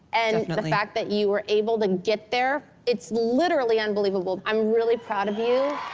and the fact that you were able to get there, it's literally unbelievable. i'm really proud of you.